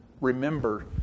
Remember